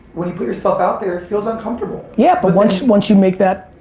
when you put yourself out there, it feels uncomfortable. yeah, but once once you make that.